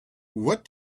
what